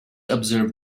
observe